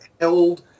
held